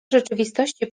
rzeczywistości